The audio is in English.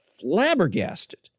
flabbergasted